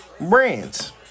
brands